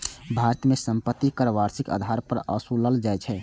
भारत मे संपत्ति कर वार्षिक आधार पर ओसूलल जाइ छै